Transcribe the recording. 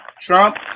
Trump